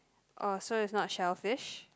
oh sorry it's not shellfish